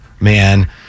man